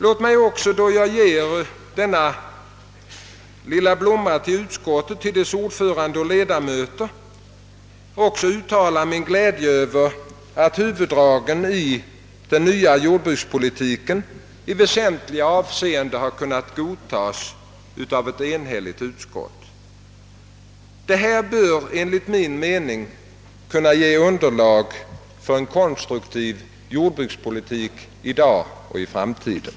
När jag överräcker denna lilla blomma till utskottets ordförande och ledamöter vill jag samtidigt uttala min glädje över att huvuddragen i den nya jordbrukspolitiken i väsentliga avseenden har kunnat accepteras av ett enhälligt utskott. Detta bör enligt min mening kunna bilda underlag för en konstruktiv jordbrukspolitik i dag och i framtiden.